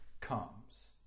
comes